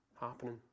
happening